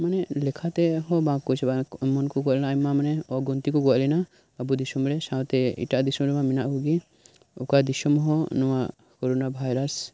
ᱢᱟᱱᱮ ᱞᱮᱠᱷᱟ ᱛᱮᱦᱚᱸ ᱵᱟᱠᱚ ᱪᱟᱵᱟᱜᱼᱟ ᱮᱢᱚᱱ ᱠᱚ ᱜᱚᱡ ᱞᱮᱱᱟ ᱢᱟᱱᱮ ᱚᱜᱩᱱᱛᱤ ᱠᱚ ᱜᱚᱡ ᱞᱮᱱᱟ ᱟᱵᱚ ᱫᱤᱥᱚᱢ ᱨᱮ ᱥᱟᱶᱛᱮ ᱮᱴᱟᱜ ᱫᱤᱥᱚᱢ ᱨᱮᱢᱟ ᱢᱮᱱᱟᱜ ᱠᱚᱜᱮ ᱚᱠᱟ ᱫᱤᱥᱚᱢ ᱦᱚᱸ ᱱᱚᱣᱟ ᱠᱳᱨᱳᱱᱟ ᱵᱷᱟᱭᱨᱟᱥ